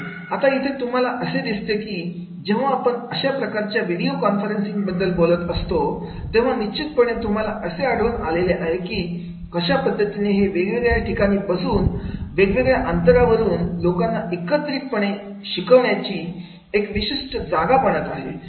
आता इथे तुम्हाला असे दिसते की जेव्हा आपण अशा प्रकारच्या व्हिडीओ कॉन्फरन्सिंग बद्दल बोलत असतो तेव्हा निश्चितपणे तुम्हाला असे आढळून आलेले आहे की कशा पद्धतीने हे वेगवेगळ्या ठिकाणी बसून वेगवेगळ्या अंतरावरून लोकांना एकत्रितपणे शिकण्यासाठी ची एक विशिष्ट जागा बनत आहे